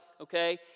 Okay